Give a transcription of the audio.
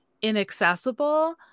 inaccessible